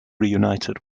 reunited